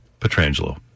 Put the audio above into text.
Petrangelo